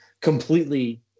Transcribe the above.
completely